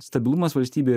stabilumas valstybėj